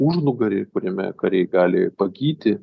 užnugarį kuriame kariai gali pagyti